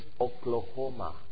Oklahoma